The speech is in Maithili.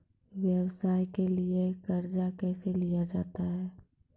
व्यवसाय के लिए कर्जा कैसे लिया जाता हैं?